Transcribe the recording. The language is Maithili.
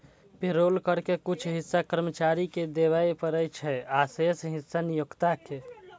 पेरोल कर के कुछ हिस्सा कर्मचारी कें देबय पड़ै छै, आ शेष हिस्सा नियोक्ता कें